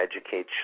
educate